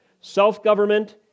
Self-government